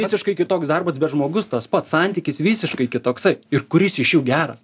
visiškai kitoks darbas bet žmogus tas pats santykis visiškai kitoksai ir kuris iš jų geras